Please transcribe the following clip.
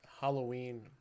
Halloween